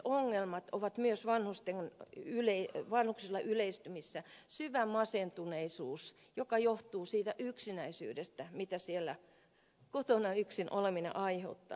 mielenterveysongelmat ovat myös vanhuksilla yleistymässä syvä masentuneisuus joka johtuu siitä yksinäisyydestä jota siellä kotona yksin oleminen aiheuttaa